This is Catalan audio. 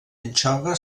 anxova